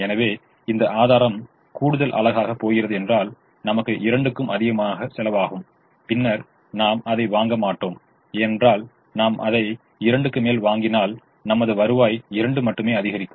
எனவே இந்த ஆதாரம் கூடுதல் அலகாக போகிறது என்றால் நமக்கு 2 க்கும் அதிகமாக செலவாகும் பின்னர் நாம் அதை வாங்க மாட்டேன் ஏனென்றால் நாம் அதை 2 க்கு மேல் வாங்கினால் நமது வருவாய் 2 மட்டுமே அதிகரிக்கும்